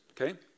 okay